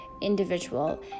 individual